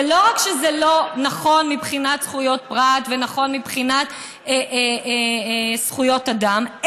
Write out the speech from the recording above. זה לא רק שזה לא נכון מבחינת זכויות פרט ולא נכון מבחינת זכויות אדם,